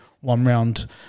one-round